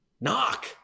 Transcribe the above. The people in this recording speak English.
knock